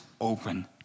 open